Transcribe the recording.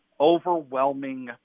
overwhelming